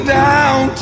down